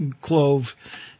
clove